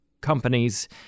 companies